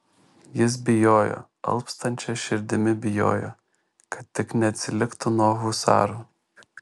jis bijojo alpstančia širdimi bijojo kad tik neatsiliktų nuo husarų